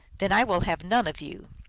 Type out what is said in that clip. then i will have none of you.